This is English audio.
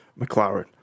McLaren